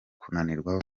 kunanirwa